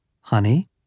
Honey